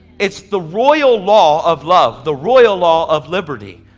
it's the royal law of love, the royal law of liberty.